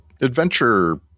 adventure